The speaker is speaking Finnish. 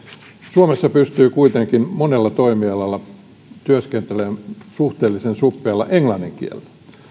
suomessa pystyy kuitenkin monella toimialalla työskentelemään suhteellisen suppealla englannin kielellä